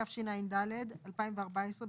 התשע"ד-2014,